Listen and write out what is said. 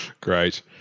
Great